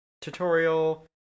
tutorial